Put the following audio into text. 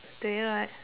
there right